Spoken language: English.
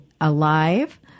alive